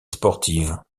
sportive